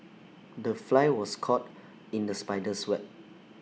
the fly was caught in the spider's web